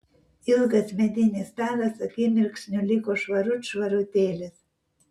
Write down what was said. ilgas medinis stalas akimirksniu liko švarut švarutėlis